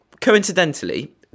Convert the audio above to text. coincidentally